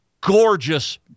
gorgeous